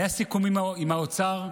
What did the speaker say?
היה סיכום עם האוצר,